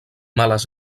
males